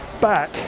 back